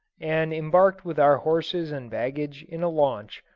and embarked with our horses and baggage in a launch,